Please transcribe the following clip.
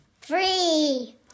Three